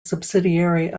subsidiary